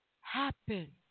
happen